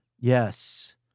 Yes